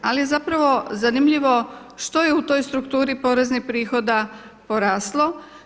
Ali je zapravo zanimljivo što je u toj strukturi poreznih prihoda poraslo.